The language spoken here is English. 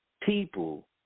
people